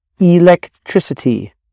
electricity